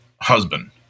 husband